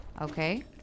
Okay